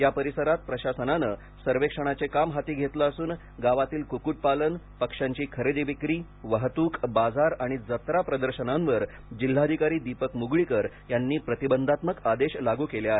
या परिसरात प्रशासनाने सर्वेक्षणाचे काम हाती घेतले असून गावातील कुक्कूटपालन पक्ष्यांची खरेदी विक्री वाहतूक बाजार आणि जत्रा प्रदर्शनांवर जिल्हाधिकारी दीपक मुगळीकर यांनी प्रतिबंधात्मक आदेश लागू केले आहेत